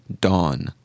dawn